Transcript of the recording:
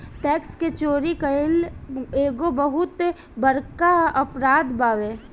tax के चोरी कईल एगो बहुत बड़का अपराध बावे